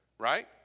right